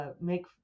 make